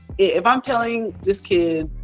if i'm telling this kid,